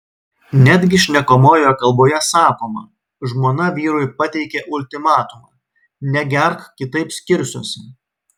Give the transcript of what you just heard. netgi šnekamojoje kalboje sakoma žmona vyrui pateikė ultimatumą negerk kitaip skirsiuosi